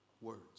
words